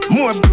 More